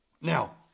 Now